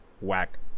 whack